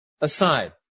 aside